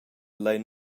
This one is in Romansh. lein